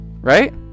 right